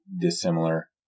dissimilar